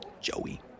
Joey